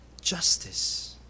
justice